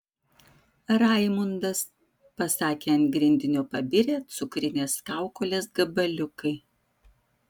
raimundas pasakė ant grindinio pabirę cukrines kaukolės gabaliukai